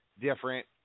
different